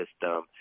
system